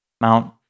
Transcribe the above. Mount